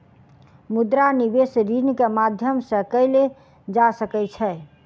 मुद्रा निवेश ऋण के माध्यम से कएल जा सकै छै